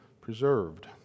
preserved